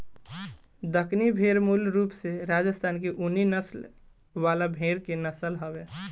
दक्कनी भेड़ मूल रूप से राजस्थान के ऊनी नस्ल वाला भेड़ के नस्ल हवे